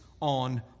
on